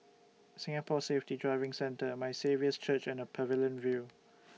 Singapore Safety Driving Centre My Saviour's Church and Pavilion View